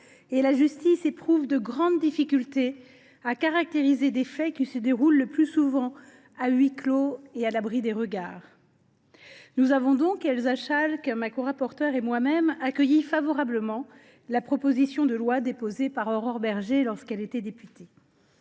la justice rencontre de grandes difficultés à caractériser des faits qui se déroulent le plus souvent à huis clos, à l’abri des regards. Nous avons donc, Elsa Schalck et moi même, accueilli favorablement la proposition de loi déposée par Aurore Bergé lorsqu’elle était députée.